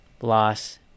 loss